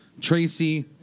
Tracy